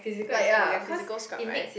like yeah physical scrub right